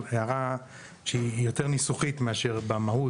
הערה שהיא יותר ניסוחית מאשר במהות.